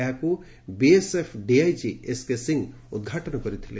ଏହାକୁ BSF DIG SK Singh ଉଦଘାଟନ କରିଥିଲେ